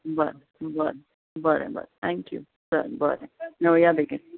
बरें बरें बरें बरें थँक्यू चल बरें मेळुया बेगीन